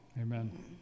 Amen